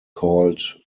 called